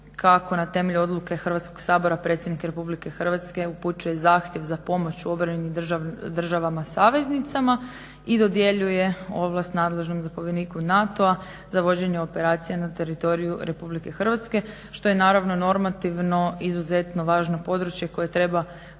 kako na temelju odluke Hrvatskoga sabora predsjednik Republike Hrvatske upućuje zahtjev za pomoć u obrani državama saveznicama i dodjeljuje ovlast nadležnom zapovjedniku NATO-a za vođenje operacija na teritoriju Republike Hrvatske. Što je naravno normativno izuzetno važno područje koje treba